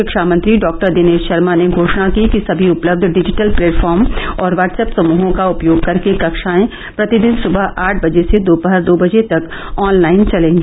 शिक्षा मंत्री डॉक्टर दिनेश शर्मा ने घोषणा की कि सभी उपलब्ध डिजिटल प्लेटफॉर्म और व्हाट्सएप समूहों का उपयोग करके कक्षाएं प्रतिदिन सुबह आठ बजे से दोपहर दो बजे तक ऑनलाइन चलेंगी